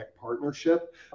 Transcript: partnership